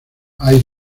hay